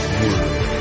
world